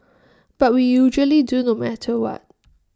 but we usually do no matter what